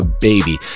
baby